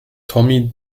tommy